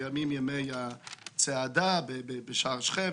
הימים ימי הצעדה בשער שכם,